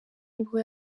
nibwo